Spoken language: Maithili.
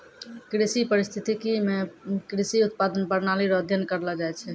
कृषि परिस्थितिकी मे कृषि उत्पादन प्रणाली रो अध्ययन करलो जाय छै